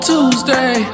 Tuesday